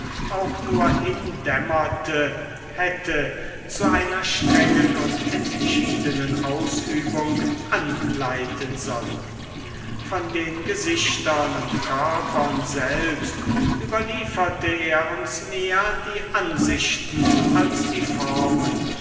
auch nur hindämmerte hätte zu einer strengen und entschiedenen ausübung anleiten sollen von den gesichtern und körpern selbst überlieferte er uns mehr die ansichten als die formen